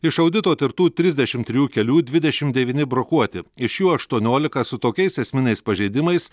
iš audito tirtų trisdešim trijų kelių dvidešim devyni brokuoti iš jų aštuoniolika su tokiais esminiais pažeidimais